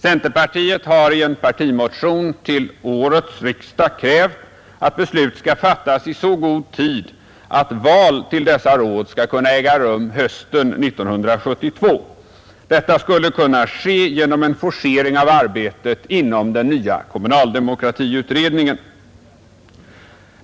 Centerpartiet har i en partimotion till årets riksdag krävt, att beslut skall fattas i så god tid att val till dessa råd skall kunna äga rum hösten 1972. Detta skulle kunna ske genom en forcering av arbetet inom den nya kommunaldemokratiutredningen.